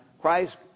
Christ